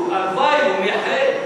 הלוואי, הוא מייחל.